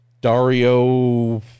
Dario